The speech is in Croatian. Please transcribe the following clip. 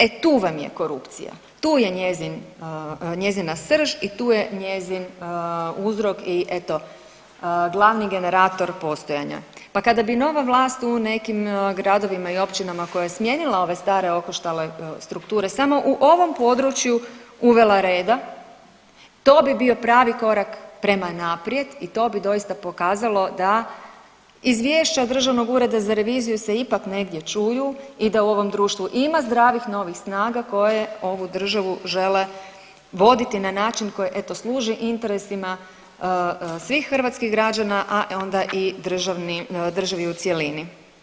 E tu vam je korupcija, tu je njezina srž i tu je njezin uzrok i eto, glavni generator postojanja pa kada bi nova vlast u nekim gradovima i općinama koja je smijenila ove stare okoštale strukture, samo u ovom području uvela reda, to bi bio pravi korak prema naprijed i to bi doista pokazalo da izvješća Državnog ureda za reviziju se ipak negdje čuju i da u ovom društvu ima zdravih novih snaga koje ovu državu žele voditi na način koji eto, služi interesima svih hrvatskih građana, a onda i državi u cjelini.